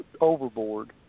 overboard